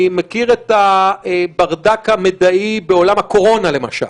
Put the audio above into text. אני מכיר את הברדק המידעי בעולם הקורונה, למשל,